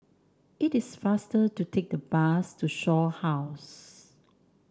it is faster to take the bus to Shaw House